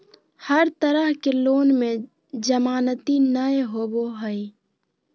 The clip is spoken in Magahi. हर तरह के लोन में जमानती नय होबो हइ